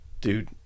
Dude